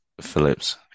Phillips